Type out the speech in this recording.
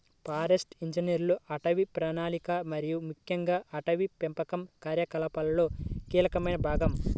forest ఇంజనీర్లు అటవీ ప్రణాళిక మరియు ముఖ్యంగా అటవీ పెంపకం కార్యకలాపాలలో కీలకమైన భాగం